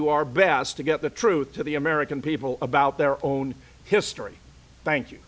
do our best to get the truth to the american people about their own history thank you